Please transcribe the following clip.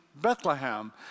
Bethlehem